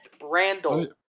Randall